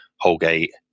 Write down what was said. Holgate